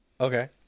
Okay